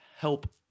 help